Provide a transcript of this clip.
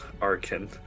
Arkin